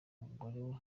umugore